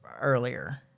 earlier